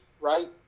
right